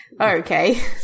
okay